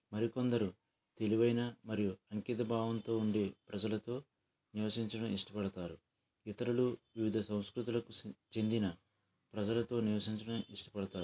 మరి కొందరు తెలివైన మరియు అంకితభావంతో ఉండి ప్రజలతో నివసించడం ఇష్టపడతారు ఇతరులు వివిధ సంస్కృతులకు చెందిన ప్రజలతో నివసించడం ఇష్టపడతారు